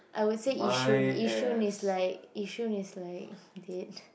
I would say Yishun Yishun is like Yishun is like dead